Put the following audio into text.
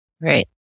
Right